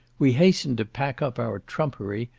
we hastened to pack up our trumpery,